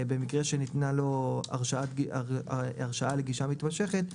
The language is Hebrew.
במקרה שניתנה לו הרשאה לגישה מתמשכת,